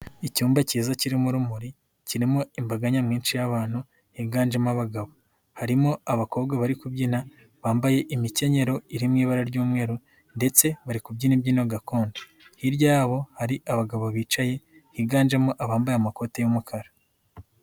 Icyumba kiza kirimo urumuri kirimo imbaga nyamwinshi y'abantu, higanjemo abagabo harimo abakobwa bari kubyina bambaye imikenyero iri mu ibara ry'umweru, ndetse bari kubyina imbyino gakondo, hirya yabo hari abagabo bicaye higanjemo abambaye amakoti y'umukara.